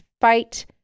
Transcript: fight